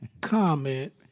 comment